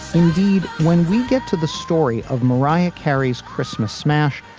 indeed, when we get to the story of mariah carey's christmas smash,